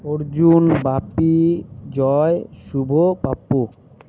Arjun Bapi Joy Shubho Pappu